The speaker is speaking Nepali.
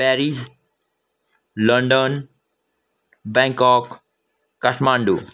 Paris London Bangkok Kathmandu